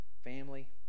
Family